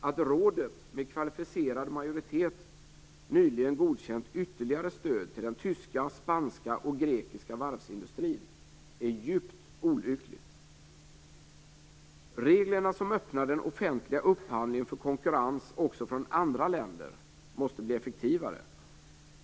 Att rådet med kvalificerad majoritet nyligen godkänt ytterligare stöd till den tyska, spanska och grekiska varvsindustrin är djupt olyckligt. Reglerna som öppnar den offentliga upphandlingen för konkurrens också från andra länder måste bli effektivare.